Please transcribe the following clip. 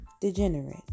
degenerate